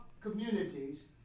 communities